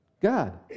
God